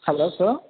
hello sir